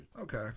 Okay